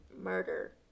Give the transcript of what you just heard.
murder